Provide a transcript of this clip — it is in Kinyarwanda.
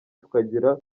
tukagira